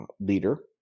leader